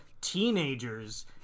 teenagers